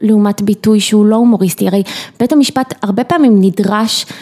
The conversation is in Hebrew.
לעומת ביטוי שהוא לא הומוריסטי, הרי בית המשפט הרבה פעמים נדרש